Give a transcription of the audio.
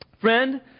friend